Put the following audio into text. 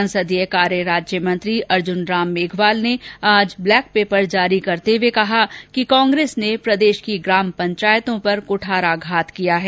संसदीय कार्य राज्य मंत्री अर्जुन राम मेघवाल ने आज ब्लैक पेपर जारी करते हुए कहा कि कांग्रेस ने प्रदेश की ग्राम पंचायतों पर कुठाराघात किया है